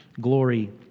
glory